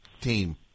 team